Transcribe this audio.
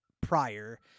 prior